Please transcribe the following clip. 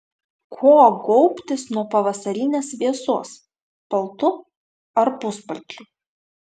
kuo gaubtis nuo pavasarinės vėsos paltu ar puspalčiu